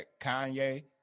Kanye